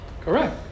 Correct